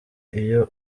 iyo